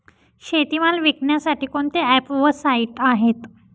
शेतीमाल विकण्यासाठी कोणते ॲप व साईट आहेत?